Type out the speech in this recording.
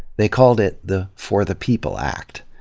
they called it the for the people act.